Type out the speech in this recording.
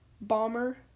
bomber